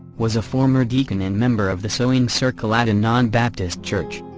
was a former deacon and member of the sewing circle at and enon baptist church.